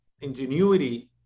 ingenuity